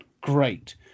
Great